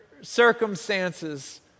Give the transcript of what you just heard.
circumstances